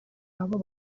abo